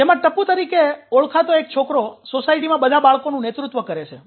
જેમા ટપ્પુ તરીકે ઓળખાતો એક છોકરો સોસાયટીમાં બધા બાળકોનું નેતૃત્વ કરે છે